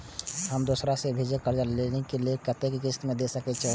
हम दोसरा से जे कर्जा लेलखिन वे के कतेक किस्त में दे के चाही?